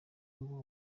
ngo